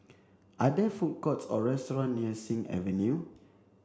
are there food courts or restaurant near Sing Avenue